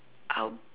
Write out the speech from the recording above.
I'll